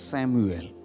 Samuel